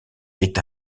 est